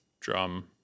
drum